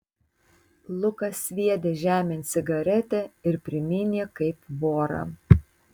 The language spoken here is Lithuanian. lukas sviedė žemėn cigaretę ir primynė kaip vorą